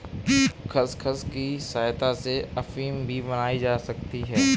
खसखस की सहायता से अफीम भी बनाई जा सकती है